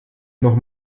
noch